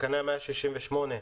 תקנה 168,